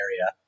area